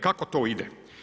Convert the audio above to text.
Kako to ide?